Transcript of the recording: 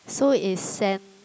so is sand